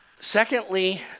Secondly